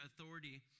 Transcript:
authority